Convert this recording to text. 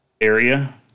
area